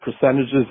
percentages